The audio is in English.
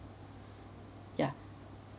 ya